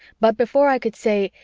but before i could say,